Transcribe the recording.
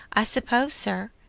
i suppose, sir,